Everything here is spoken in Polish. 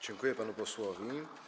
Dziękuję panu posłowi.